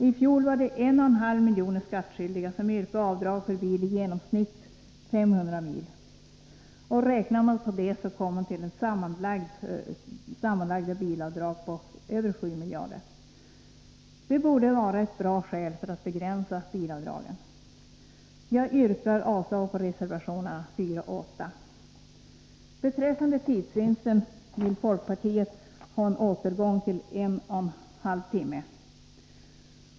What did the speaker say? I fjol var det 1,5 miljoner skattskyldiga som yrkade avdrag för bilresor på i genomsnitt 500 mil. Om man räknar på detta kommer man fram till sammanlagda bilavdrag på över 7 miljarder kronor. Detta borde vara ett bra skäl för att begränsa bilavdragen. Jag yrkar avslag på reservationerna 4 och 8. Beträffande tidsvinsten vill folkpartiet ha en återgång till gränsen en och en halv timme.